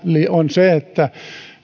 on se että